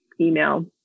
email